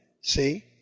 See